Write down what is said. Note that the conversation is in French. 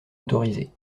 autorisés